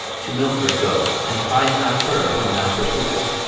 to milford go, and find not her whom thou pursuest.